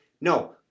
No